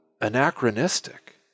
anachronistic